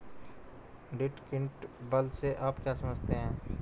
Deductible से आप क्या समझते हैं?